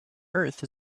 earth